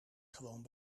gewoon